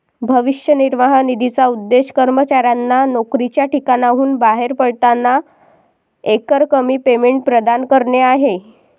भविष्य निर्वाह निधीचा उद्देश कर्मचाऱ्यांना नोकरीच्या ठिकाणाहून बाहेर पडताना एकरकमी पेमेंट प्रदान करणे आहे